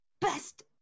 Best